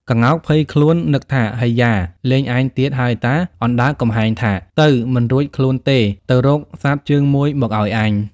ក្ងោកភ័យខ្លួន នឹកថា "អៃយ៉ា! លេងឯងទៀតហើយតើ"។ អណ្ដើកកំហែងថា៖ "ទៅ! មិនរួចខ្លួនទេ ទៅរកសត្វជើងមួយមកឲ្យអញ"។